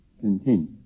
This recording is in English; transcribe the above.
Continue